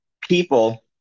people